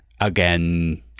again